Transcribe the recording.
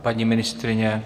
Paní ministryně?